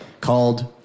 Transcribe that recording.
called